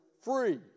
free